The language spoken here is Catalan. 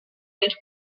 cents